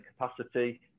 capacity